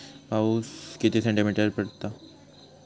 पाऊस किती सेंटीमीटर पडलो?